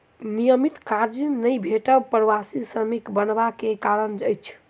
नियमित काज नै भेटब प्रवासी श्रमिक बनबा के कारण अछि